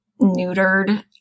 neutered